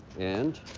and?